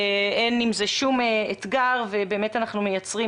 אין עם שום אתגר ואנחנו באמת מייצרים